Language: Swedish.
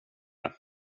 det